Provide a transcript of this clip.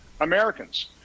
Americans